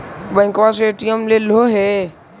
बैंकवा से ए.टी.एम लेलहो है?